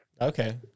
Okay